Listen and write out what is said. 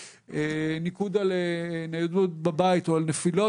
ניקוד על ניידות בבית או על נפילות